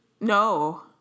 No